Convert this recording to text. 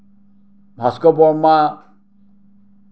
Bhaskar Barma